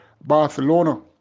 Barcelona